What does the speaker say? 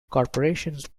corporations